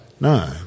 No